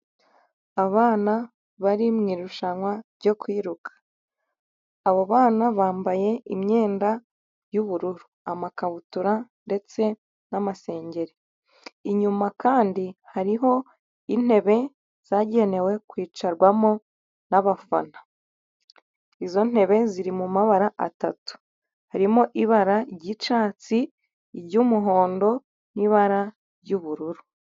Abana bari mu irushanwa ryo kwiruka, abo bana bambaye imyenda y'ubururu amakabutura ndetse n'amasengeri, inyuma kandi hariho intebe zagenewe kwicarwamo n'abafana, izo ntebe ziri mu mabara atatu; harimo ibara ry'icyatsi, iry'umuhondo n'ibara ry'ubururu.